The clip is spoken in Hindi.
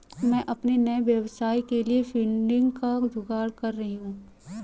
मैं अपने नए व्यवसाय के लिए फंडिंग का जुगाड़ कर रही हूं